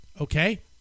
Okay